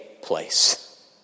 place